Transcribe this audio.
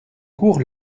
cours